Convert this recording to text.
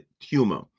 tumor